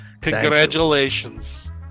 Congratulations